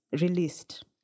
released